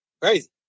Crazy